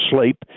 sleep